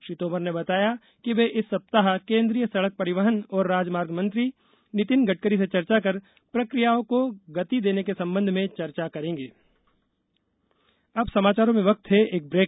श्री तोमर ने बताया कि वे इस सप्ताह केन्द्रीय सड़क परिवहन और राजमार्ग मंत्री नितिन गडकरी से चर्चा कर प्रक्रियाओं को गति देने के संबंध में चर्चा करेंगे